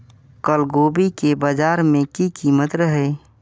कल गोभी के बाजार में की कीमत रहे?